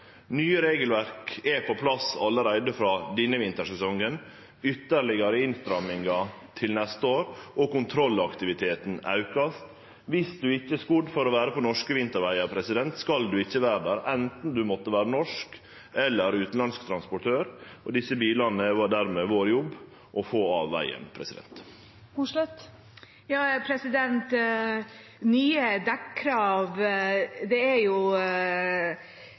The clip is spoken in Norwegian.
Nye regelverk er på plass allereie frå denne vintersesongen. Ytterlegare innstrammingar kjem neste år, og kontrollaktiviteten aukar. Viss ein ikkje er skodd for norske vintervegar, skal ein ikkje vere der, anten det er norske eller utanlandske transportørar. Desse bilane er det dermed vår jobb å få av vegen. Nye dekkrav er jo godkjenning av et EU-direktiv. Vi godkjenner rundt 500 nye